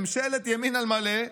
ממשלת ימין על מלא,